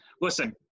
listen